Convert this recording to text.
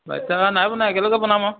biodata নাই বনোৱা একেলগে বনাম আৰু